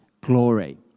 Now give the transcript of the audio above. glory